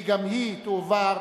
גם היא תועבר,